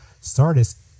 Sardis